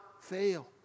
fail